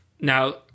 Now